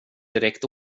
direkt